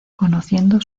conociendo